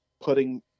putting